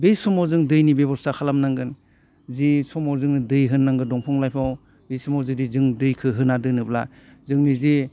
बे समाव जों दैनि बेब'स्था खालामनांगोन जि समाव जोङो दै होनांगोन दंफां लाइफाङाव बे समाव जुदि जों दैखौ होना दोनोब्ला जोंनि जे